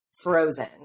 frozen